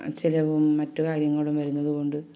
ചിലവും മറ്റ് കാര്യങ്ങളും വരുന്നത് കൊണ്ട്